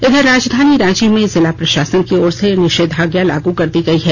इधर राजधानी रांची में जिला प्रशासन की ओर से निषेधाज्ञा लागू कर दी गई है